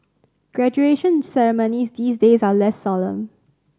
graduation ceremonies these days are less solemn